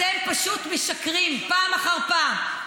אתם פשוט משקרים פעם אחר פעם,